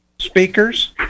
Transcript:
speakers